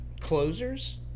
closers